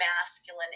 masculine